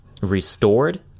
restored